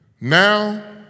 Now